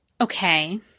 Okay